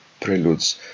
preludes